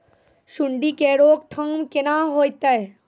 सुंडी के रोकथाम केना होतै?